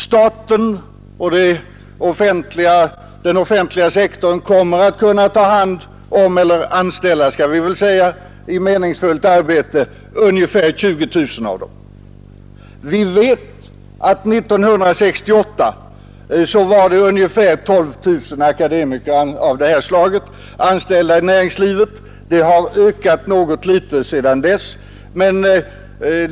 Staten och den offentliga sektorn kommer att kunna anställa i meningsfullt arbete ungefär 20 000 av dem. År 1968 var ungefär 12 000 akademiker av det här slaget anställda i näringslivet. Antalet har ökat något sedan dess.